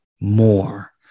more